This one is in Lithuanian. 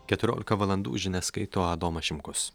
keturiolika valandų žinias skaito adomas šimkus